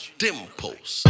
dimples